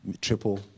triple